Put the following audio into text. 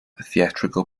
theatrical